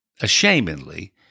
ashamedly